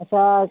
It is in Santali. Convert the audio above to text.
ᱟᱪᱪᱷᱟ